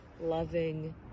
loving